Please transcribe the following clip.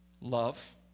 Love